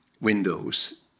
windows